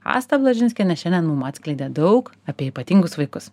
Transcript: asta blažinskienė šiandien mum atskleidė daug apie ypatingus vaikus